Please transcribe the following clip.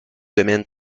domaine